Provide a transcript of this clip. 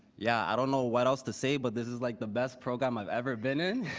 yeah i don't know what else to say but this is like the best program i've ever been in.